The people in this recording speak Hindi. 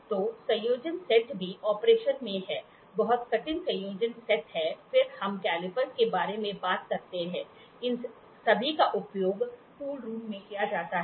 तो संयोजन सेट भी ऑपरेशन में है बहुत कठिन संयोजन सेट है फिर हम कैलिपर के बारे में बात करते हैं इन सभी का उपयोग टूल रूम में किया जाता है